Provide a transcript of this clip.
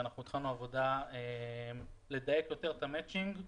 התחלנו עבודה כדי לדייק יותר את המצ'ינג.